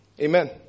Amen